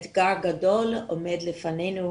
אתגר גדול עומד לפנינו